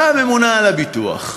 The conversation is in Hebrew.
באה הממונה על הביטוח,